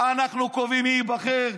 אנחנו קובעים מי ייבחר.